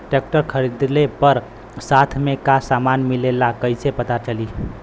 Tractor खरीदले पर साथ में का समान मिलेला कईसे पता चली?